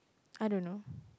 I don't know